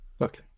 Okay